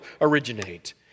originate